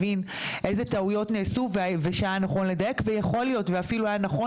לביטוח הלאומי ואמרתי אל תעבירו לנו ולא נעביר